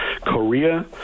Korea